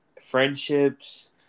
friendships